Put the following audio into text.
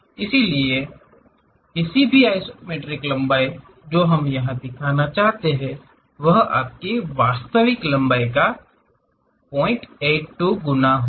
इसलिए किसी भी आइसोमेट्रिक लंबाई जो हम यहा दिखाना चाहते हैं वह आपकी वास्तविक लंबाई का 082 गुना होगा